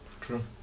True